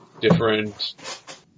different